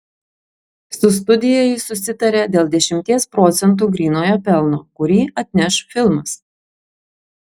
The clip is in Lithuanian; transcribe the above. su studija jis susitarė dėl dešimties procentų grynojo pelno kurį atneš filmas